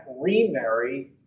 remarry